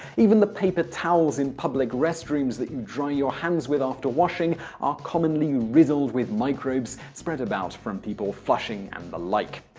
even the paper towels in public restrooms that you dry your hands with after washing are commonly riddled with microbes spread about from people flushing and the like.